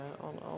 on